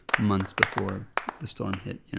months before the storm hit, you know?